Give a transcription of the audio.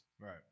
right